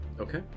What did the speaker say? okay